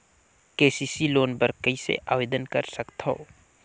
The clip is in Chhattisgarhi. के.सी.सी लोन बर कइसे आवेदन कर सकथव?